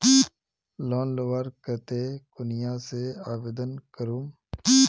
Loan लुबार केते कुनियाँ से आवेदन करूम?